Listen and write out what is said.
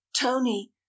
tony